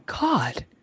God